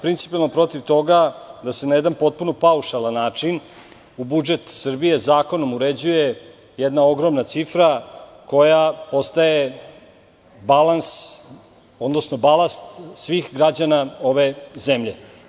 Principijelno smo protiv toga da se na jedan potpuno paušalan način u budžet Srbije, zakonom uređuje jedna ogromna cifra koja ostaje balans, odnosno balast svih građana ove zemlje.